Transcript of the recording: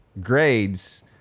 grades